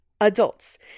adults